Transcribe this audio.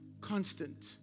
constant